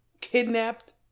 kidnapped